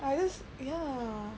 I just ya